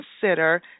consider